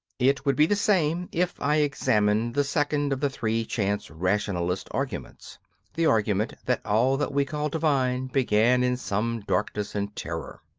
it would be the same if i examined the second of the three chance rationalist arguments the argument that all that we call divine began in some darkness and terror.